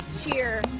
cheer